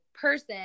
person